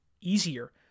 easier